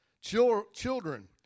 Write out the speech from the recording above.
Children